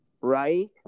Right